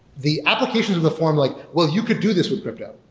the applications of the form like, well, you could do this with crypto,